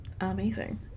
Amazing